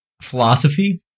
philosophy